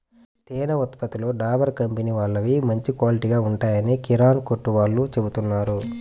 తేనె ఉత్పత్తులలో డాబర్ కంపెనీ వాళ్ళవి మంచి క్వాలిటీగా ఉంటాయని కిరానా కొట్టు వాళ్ళు చెబుతున్నారు